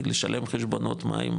לשלם חשבונות מים,